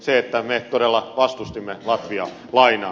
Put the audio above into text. se että me todella vastustimme latvian lainaa